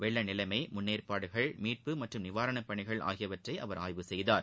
வெள்ளநிலைமை முன்னேற்பாடுகள் மீட்பு மற்றும் நிவாரணப் பணிகள் ஆகியவற்றை அவர் ஆய்வு செய்தார்